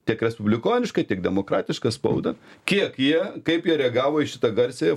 tiek respublikonišką tiek demokratišką spaudą kiek jie kaip jie reagavo į šitą garsiąją